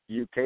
UK